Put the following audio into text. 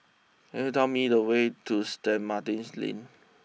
could you tell me the way to stay Martin's Lane